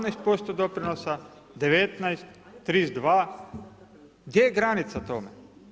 18% doprinosa, 19, 32, gdje je granica tome?